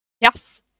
Yes